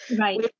right